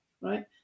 right